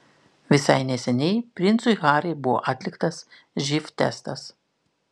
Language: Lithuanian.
visai neseniai princui harry buvo atliktas živ testas